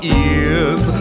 ears